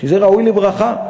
שזה ראוי לברכה.